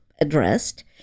addressed